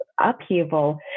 upheaval